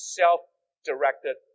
self-directed